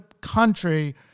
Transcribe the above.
country